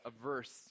averse